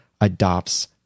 adopts